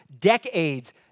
decades